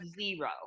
zero